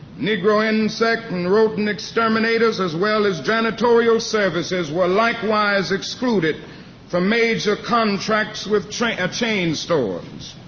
negro insect and rodent exterminators, as well as janitorial services were likewise excluded from major contracts with chain chain stores.